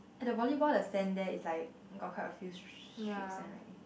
at the volleyball the sand there is like got quite few streaks one right